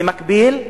במקביל,